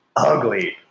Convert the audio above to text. Ugly